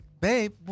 babe